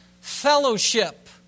fellowship